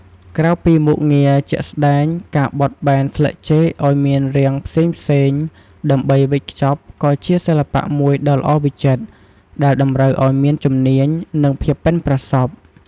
ក្រៅពីមុខងារជាក់ស្តែង ការបត់បែនស្លឹកចេកឱ្យមានរាងផ្សេងៗដើម្បីវេចខ្ចប់ក៏ជា សិល្បៈមួយដ៏ល្អវិចិត្រ ដែលតម្រូវឱ្យមានជំនាញ និងភាពប៉ិនប្រសប់។